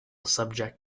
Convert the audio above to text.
subject